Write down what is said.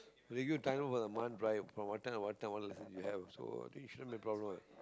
they give you time off the month right from what time to what time all you have also then shouldn't be a problem what